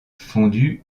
fondue